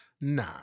Nah